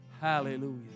Hallelujah